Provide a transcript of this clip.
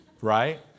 Right